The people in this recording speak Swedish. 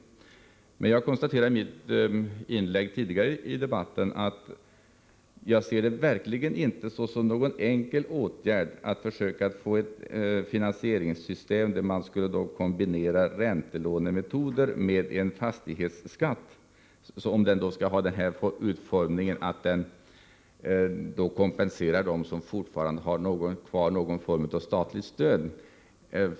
Men som jag konstaterade i mitt inlägg tidigare här i debatten ser jag det verkligen inte såsom någon enkel åtgärd att få fram ett finansieringssystem där man kombinerar räntelånemetoder med en fastighetsskatt som har den utformningen att den kompenserar dem som fortfarande har kvar någon form av statligt stöd.